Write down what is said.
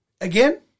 again